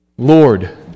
Lord